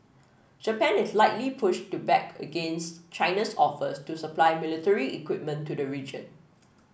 Japan is likely push to back against China's offers to supply military equipment to the region